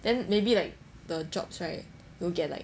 then maybe like the jobs right you'll get like